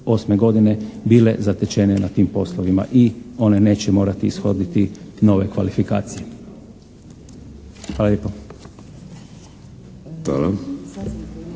98. godine bile zatečene na tim poslovima i one neće morati ishoditi nove kvalifikacije. Hvala lijepo.